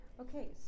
Okay